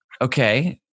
Okay